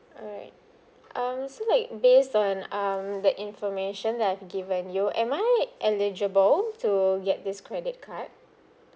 alright um so like based on um the information that I've given you am I eligible to get this credit card